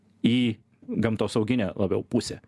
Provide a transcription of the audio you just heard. į gamtosauginę labiau pusę